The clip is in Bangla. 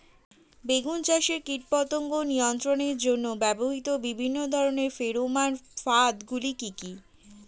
বেগুন চাষে কীটপতঙ্গ নিয়ন্ত্রণের জন্য ব্যবহৃত বিভিন্ন ধরনের ফেরোমান ফাঁদ গুলি কি কি?